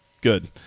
Good